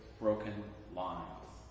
broken lines.